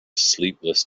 sleepless